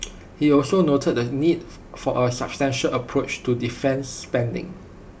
he also noted the need for A sustainable approach to defence spending